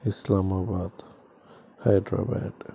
Islamabad Hyderabad